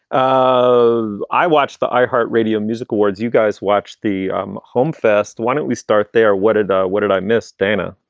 ah i watched the i heart radio music awards. you guys watched the um home first. why don't we start there? what did ah what did i miss, dana?